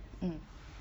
hmm